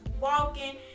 walking